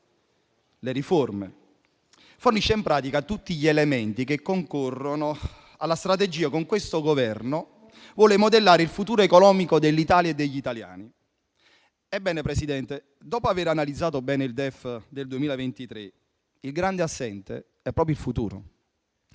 le riforme. Fornisce, in pratica, tutti gli elementi che concorrono alla strategia con cui questo Governo vuole modellare il futuro economico dell'Italia e degli italiani. Ebbene, signor Presidente, dopo aver analizzato bene il DEF del 2023, il grande assente è proprio il futuro.